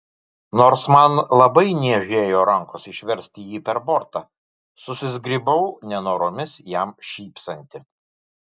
nors man labai niežėjo rankos išversti jį per bortą susizgribau nenoromis jam šypsanti